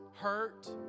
Hurt